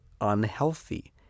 unhealthy